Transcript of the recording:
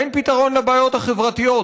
אין פתרון לבעיות החברתיות.